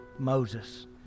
Moses